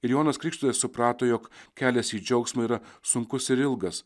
ir jonas krikšytojas suprato jog kelias į džiaugsmą yra sunkus ir ilgas